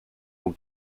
will